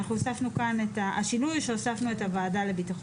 כאן אנחנו נקריא את הסעיף של ועדת ההיגוי.